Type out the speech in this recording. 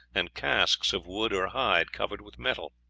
and casques of wood or hide covered with metal.